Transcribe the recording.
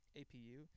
apu